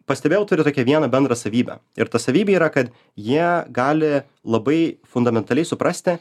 pastebėjau turiu tokią vieną bendrą savybę ir ta savybė yra kad jie gali labai fundamentaliai suprasti